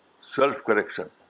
self-correction